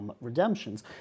redemptions